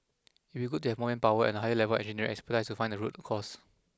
it would be good to have more manpower and a higher level of engineering expertise to find the root cause